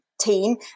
team